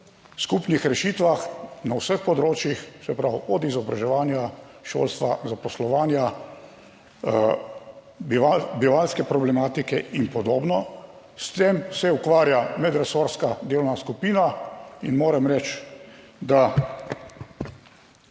skupnih rešitvah na vseh področjih, se pravi od izobraževanja, šolstva, zaposlovanja, bivanjske problematike in podobno. S tem se ukvarja medresorska delovna skupina in moram reči, da